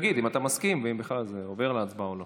ותגיד אם אתה מסכים ואם זה עובר להצבעה או לא.